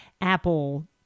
Apple